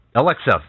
Alexa